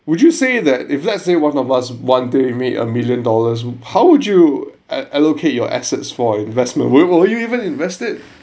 would you say that if let's say one of us one day made a million dollars how would you a~ allocate your assets for investment w~ will you even invest it